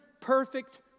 perfect